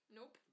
Nope